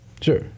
Sure